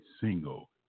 single